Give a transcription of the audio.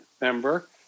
member